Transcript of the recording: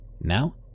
Now